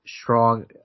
Strong